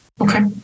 Okay